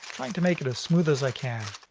trying to make it as smooth as i can.